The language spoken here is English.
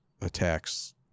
attacks